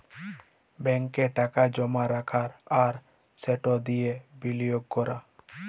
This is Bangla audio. ব্যাংকে টাকা জমা রাখা আর সেট দিঁয়ে বিলিয়গ ক্যরা